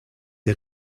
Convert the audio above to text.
der